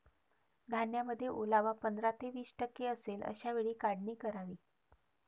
धान्यामध्ये ओलावा पंधरा ते वीस टक्के असेल अशा वेळी काढणी करावी